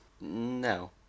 No